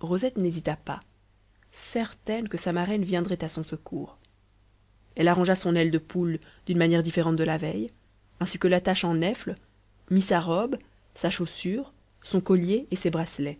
rosette n'hésita pas certaine que sa marraine viendrait à son secours elle arrangea son aile de poule d'une manière différente de la veille ainsi que l'attache en nèfles mit sa robe sa chaussure son collier et ses bracelets